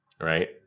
Right